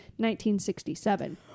1967